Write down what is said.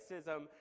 racism